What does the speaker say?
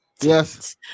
Yes